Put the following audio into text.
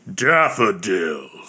daffodils